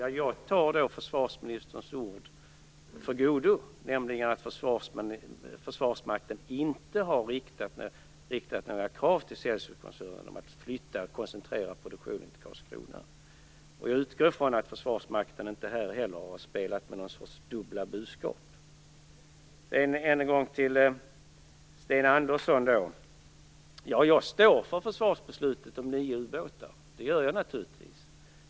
Jag förlitar mig då på att det är som försvarsministern säger, nämligen att Försvarsmakten inte har riktat några krav till Celsiuskoncernen om att man bör koncentrera produktionen till Karlskrona. Jag utgår från att det i det här sammanhanget inte heller handlar om några dubbla budskap från Försvarsmakten. Än en gång, Sten Andersson: Ja, jag står naturligtvis för försvarsbeslutet om nio ubåtar.